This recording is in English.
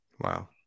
wow